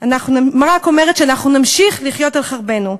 ורק אומרת שאנחנו נמשיך לחיות על חרבנו.